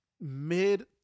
mid